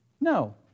No